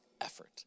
effort